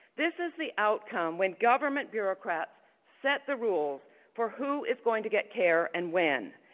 this is the outcome when government bureaucrats set the rules for who is going to get care and when.